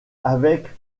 avec